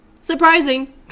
Surprising